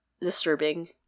disturbing